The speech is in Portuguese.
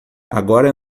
agora